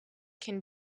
can